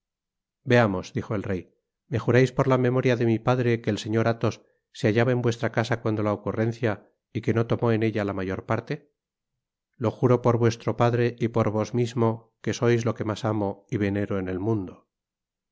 veamos dijo el rey me jurais por la memoria de mi padre que el señor athos se hallaba en vuestra casa cuando la ocurrencia y que no tomó en ella la mayor parte lo juro por vuestro padre y por vos mismo que sois lo que mas amo y venero en el mundo